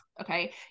Okay